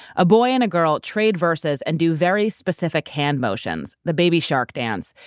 a boy and a girl trade versus and do very specific hand motions, the baby shark dance,